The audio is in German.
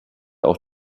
auch